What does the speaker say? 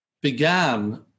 began